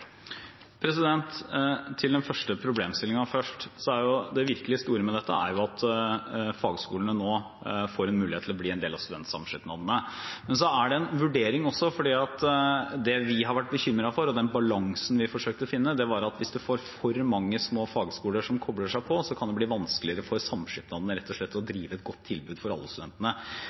Til den første problemstillingen: Det virkelig store med dette er at fagskolene nå får en mulighet til å bli en del av studentsamskipnadene. Men så er det også en vurdering, for det vi har vært bekymret for – og den balansen vi forsøkte å finne – var at hvis det er for mange små fagskoler som kobler seg på, kan det bli vanskeligere for samskipnadene rett og slett å drive et godt tilbud for alle studentene.